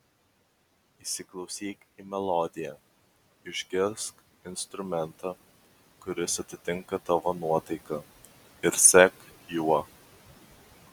įsiklausyk į melodiją išgirsk instrumentą kuris atitinka tavo nuotaiką ir sek juo